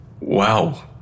Wow